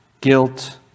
guilt